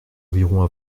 environ